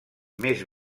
més